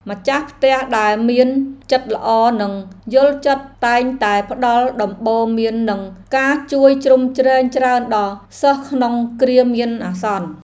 ម្ចាស់ផ្ទះដែលមានចិត្តល្អនិងយល់ចិត្តតែងតែផ្តល់ដំបូន្មាននិងការជួយជ្រោមជ្រែងច្រើនដល់សិស្សក្នុងគ្រាមានអាសន្ន។